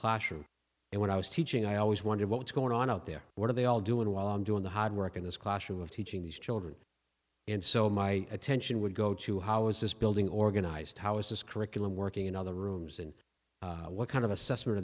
classroom and when i was teaching i always wondered what's going on out there what are they all doing while i'm doing the hard work in this classroom of teaching these children and so my attention would go to how is this building organized how is this curriculum working in other rooms and what kind of assessment